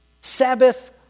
Sabbath